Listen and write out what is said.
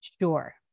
Sure